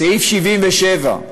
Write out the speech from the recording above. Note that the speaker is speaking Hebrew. סעיף 77,